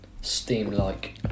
steam-like